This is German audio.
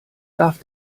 darf